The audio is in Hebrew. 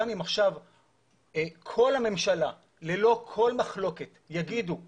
גם אם עכשיו כל הממשלה ללא כל מחלוקת יגידו 'אפשר',